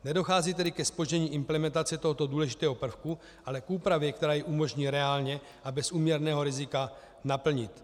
Nedochází tedy ke zpoždění implementace tohoto důležitého prvku, ale k úpravě, která jej umožní reálně a bez úměrného rizika naplnit.